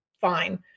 fine